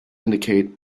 indicate